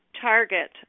target